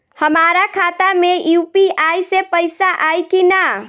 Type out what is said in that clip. हमारा खाता मे यू.पी.आई से पईसा आई कि ना?